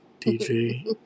DJ